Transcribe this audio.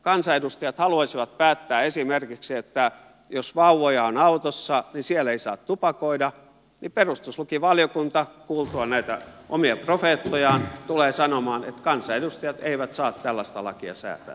kansanedustajat haluaisivat päättää esimerkiksi että jos vauvoja on autossa niin siellä ei saa tupakoida mutta perustuslakivaliokunta kuultuaan näitä omia profeettojaan tulee sanomaan että kansanedustajat eivät saa tällaista lakia säätää